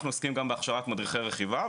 אנחנו עוסקים גם בהכשרת מדריכי רכיבה,